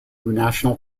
national